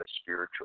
spiritual